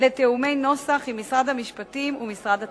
לתיאומי נוסח עם משרד המשפטים ומשרד התמ"ת.